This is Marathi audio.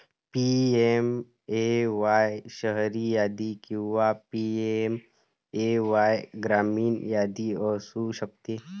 पी.एम.ए.वाय शहरी यादी किंवा पी.एम.ए.वाय ग्रामीण यादी असू शकते